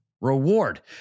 reward